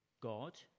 God